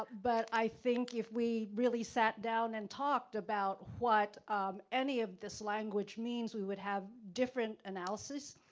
but i think if we really sat down and talked about what any of this language means, we would have different analyses.